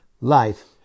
life